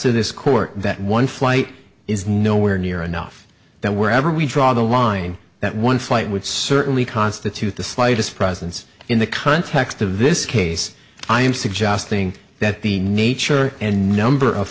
to this court that one flight is nowhere near enough that wherever we draw the line that one flight would certainly constitutes the slightest presence in the context of this case i am suggesting that the nature and number of